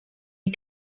you